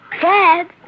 Dad